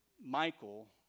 Michael